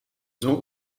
ont